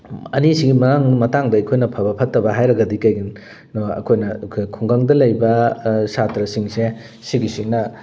ꯑꯅꯤꯁꯤꯒꯤ ꯃꯇꯥꯡꯗ ꯑꯩꯈꯣꯏꯅ ꯐꯕ ꯐꯠꯇꯕ ꯍꯥꯏꯔꯒꯗꯤ ꯀꯩꯒꯤꯅꯣ ꯑꯩꯈꯣꯏꯅ ꯈꯨꯡꯒꯪꯗ ꯂꯩꯕ ꯁꯥꯇ꯭ꯔꯁꯤꯡꯁꯦ ꯁꯤꯒꯤꯁꯤꯅ